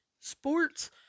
Sports